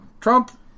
Trump